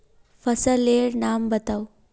फसल लेर नाम बाताउ?